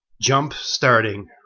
jump-starting